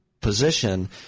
position